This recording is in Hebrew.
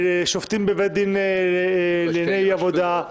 שופטים בבית דין לענייני עבודה.